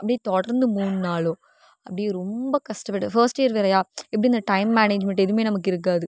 அப்படியே தொடர்ந்து மூணு நாள் அப்படியே ரொம்ப கஷ்டப்பட்டேன் ஃபர்ஸ்ட் இயர் வேறையா எப்படி இந்த டைம் மேனேஜ்மெண்ட் எதுவுமே நமக்கு இருக்காது